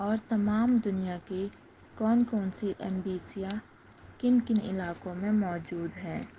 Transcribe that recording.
اور تمام دنیا کی کون کون سی امبیسیاں کِن کِن علاقوں میں موجود ہے